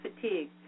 fatigue